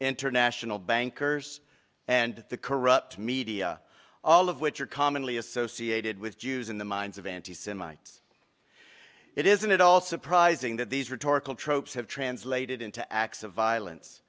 international bankers and the corrupt media all of which are commonly associated with jews in the minds of anti semites it isn't at all surprising that these rhetorical tropes have translated into acts of violence